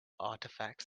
artifacts